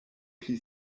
pli